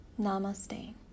Namaste